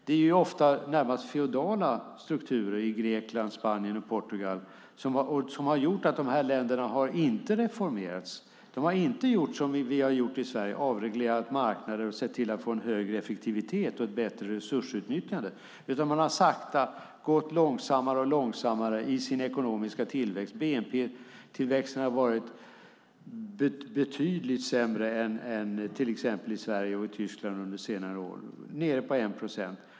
Det är ofta närmast feodala strukturer i Grekland, Spanien och Portugal som har gjort att länderna inte har reformerats. De har inte gjort som vi har gjort i Sverige, avreglerat marknader och sett till att få en högre effektivitet och ett bättre resursutnyttjande, utan de har gått långsammare och långsammare i sin ekonomiska tillväxt. Bnp-tillväxten har varit betydligt sämre än i till exempel Sverige och Tyskland under senare år, nere på 1 procent.